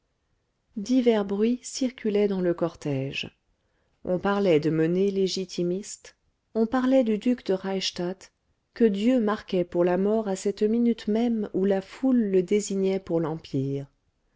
divers bruits circulaient dans le cortège on parlait de menées légitimistes on parlait du duc de reichstadt que dieu marquait pour la mort à cette minute même où la foule le désignait pour l'empire